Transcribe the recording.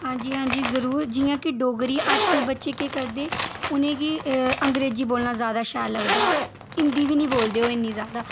हांजी हांजी जरूर जि'यां कि डोगरी अजकल बच्चे केह् करदे उ'नेंगी अंग्रेजी बोलना ज्यादा शैल लगदा हिंदी बी निं बोलदे ओह् इ'न्नी ज्यादा